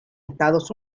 estados